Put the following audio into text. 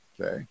Okay